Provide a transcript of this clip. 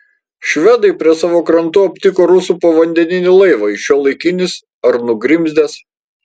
švedai prie savo krantų aptiko rusų povandeninį laivą jis šiuolaikinis ar nugrimzdęs